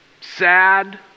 sad